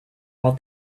all